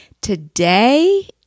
Today